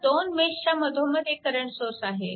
ह्या दोन मेशच्या मधोमध एक करंट सोर्स आहे